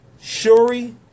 Shuri